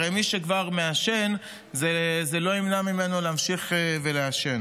הרי מי שכבר מעשן, זה לא ימנע ממנו להמשיך לעשן.